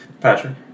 Patrick